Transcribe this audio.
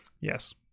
Yes